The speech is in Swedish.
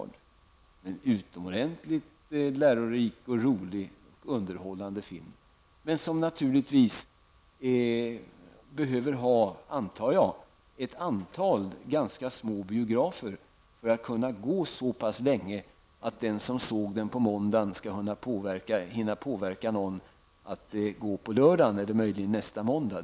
Det är en utomordentligt lärorik, rolig och underhållande film men som naturligtvis behöver, antar jag, ett antal ganska små biografer för att kunna visas så pass länge att den som såg den på måndagen skall hinna påverka någon att se den på lördagen eller möjligen nästa måndag.